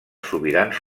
sobirans